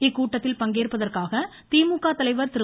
இக்கூட்டத்தில் பங்கேற்பதற்காக திமுக தலைவர் திரு